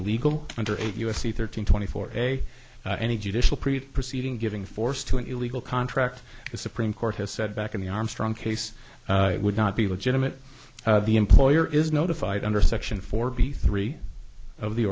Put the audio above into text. illegal under eight u s c thirteen twenty four a any judicial preet proceeding giving force to an illegal contract the supreme court has said back in the armstrong case it would not be legitimate the employer is notified under section four b three of the